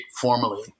formally